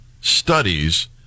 studies